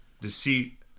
deceit